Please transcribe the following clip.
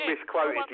misquoted